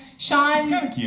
Sean